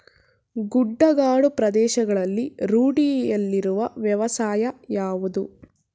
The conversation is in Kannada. ಗುಡ್ಡಗಾಡು ಪ್ರದೇಶಗಳಲ್ಲಿ ರೂಢಿಯಲ್ಲಿರುವ ವ್ಯವಸಾಯ ಯಾವುದು?